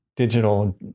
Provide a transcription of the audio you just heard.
digital